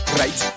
right